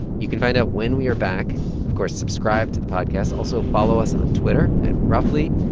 you can find out when we are back. of course, subscribe to the podcast. also follow us on twitter, at roughly,